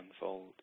unfold